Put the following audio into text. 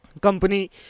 company